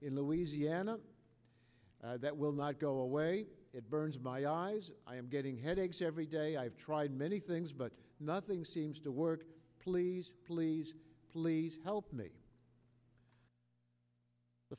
in louisiana that will not go away it burns my eyes i am getting headaches every day i have tried many things but nothing seems to work please please please help me the